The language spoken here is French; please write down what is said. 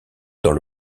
dans